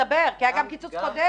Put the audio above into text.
במצטבר, כי היה גם קיצוץ קודם.